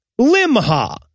Limha